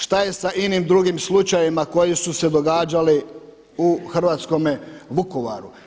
Šta je sa inim drugim slučajevima koji su se događali u hrvatskome Vukovaru?